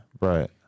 Right